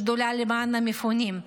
שדולה למען המפונים.